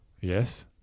Yes